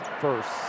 first